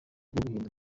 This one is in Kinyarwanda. guhindura